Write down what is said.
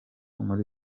muri